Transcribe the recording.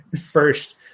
First